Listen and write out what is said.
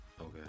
okay